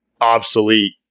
obsolete